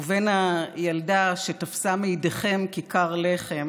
ובין הילדה שתפסה מידיכם כיכר לחם